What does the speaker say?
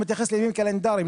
מתייחס לימים קלנדריים,